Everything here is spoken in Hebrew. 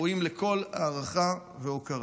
ראויים לכל הערכה והוקרה.